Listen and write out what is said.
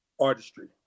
Artistry